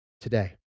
today